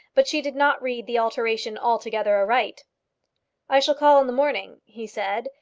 but she did not read the alteration altogether aright. i shall call in the morning, he said,